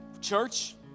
Church